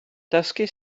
dysgu